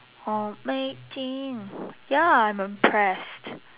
hot late teen ya I'm impressed